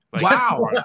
Wow